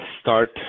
start